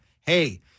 hey